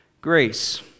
Grace